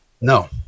no